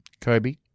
Kobe